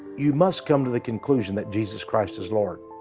you must come to the conclusion that jesus christ is lord.